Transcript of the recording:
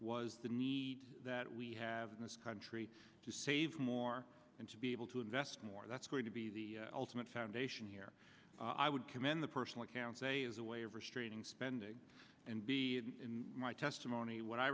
was the need that we have in this country to save more and to be able to invest more that's going to be the ultimate foundation here i would commend the person one can say is a way of restraining spending and b in my testimony wh